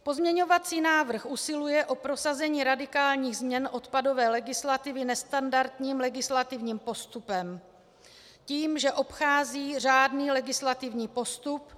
Pozměňovací návrh usiluje o prosazení radikálních změn odpadové legislativy nestandardním legislativním postupem tím, že obchází řádný legislativní postup.